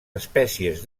espècies